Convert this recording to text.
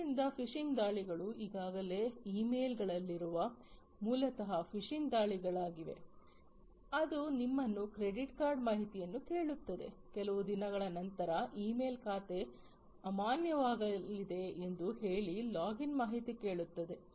ಆದ್ದರಿಂದ ಫಿಶಿಂಗ್ ದಾಳಿಗಳು ಈಗಾಗಲೇ ಇಮೇಲ್ಗಳಲ್ಲಿರುವ ಮೂಲತಃ ಫಿಶಿಂಗ್ ದಾಳಿಗಳಾಗಿವೆ ಅದು ನಿಮ್ಮನ್ನು ಕ್ರೆಡಿಟ್ ಕಾರ್ಡ್ ಮಾಹಿತಿಯನ್ನು ಕೇಳುತ್ತದೆ ಕೆಲವು ದಿನಗಳ ನಂತರ ಇಮೇಲ್ ಖಾತೆ ಅಮಾನ್ಯವಾಗಲಿದೆ ಎಂದು ಹೇಳಿ ಲಾಗಿನ್ ಮಾಹಿತಿ ಕೇಳುತ್ತದೆ